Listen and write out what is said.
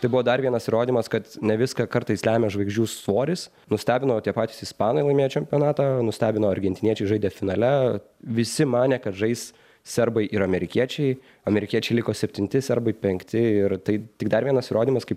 tai buvo dar vienas įrodymas kad ne viską kartais lemia žvaigždžių svoris nustebino tie patys ispanai laimėję čempionatą nustebino argentiniečiai žaidę finale visi manė kad žais serbai ir amerikiečiai amerikiečiai liko septinti serbai penkti ir tai tik dar vienas įrodymas kaip